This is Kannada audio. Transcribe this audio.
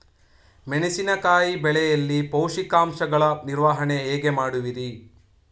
ಮೆಣಸಿನಕಾಯಿ ಬೆಳೆಯಲ್ಲಿ ಪೋಷಕಾಂಶಗಳ ನಿರ್ವಹಣೆ ಹೇಗೆ ಮಾಡುವಿರಿ?